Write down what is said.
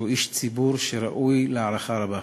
שהוא איש ציבור שראוי להערכה רבה.